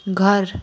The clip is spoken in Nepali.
घर